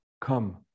come